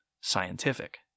scientific